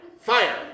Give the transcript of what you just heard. fire